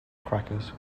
crackers